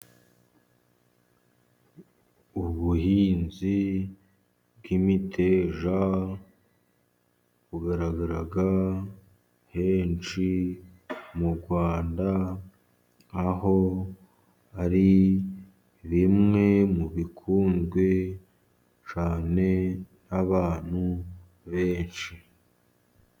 Ubuhinzi bw'imiteja bugaragara henshi mu Rwanda, aho ari bimwe mu bikunzwe cyane n'abantu benshi.